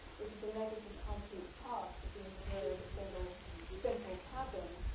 which is a negative concrete cast of the interior of a single simple cabin.